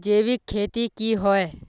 जैविक खेती की होय?